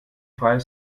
freie